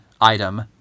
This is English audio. item